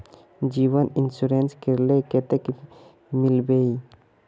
जीवन इंश्योरेंस करले कतेक मिलबे ई?